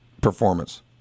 performance